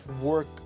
work